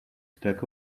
stack